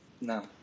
No